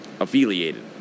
...affiliated